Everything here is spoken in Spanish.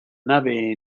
nave